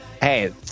Hey